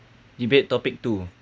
debate topic two